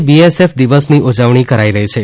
આજે બીએસએફ દિવસની ઉજવણી કરાઇ રહી છે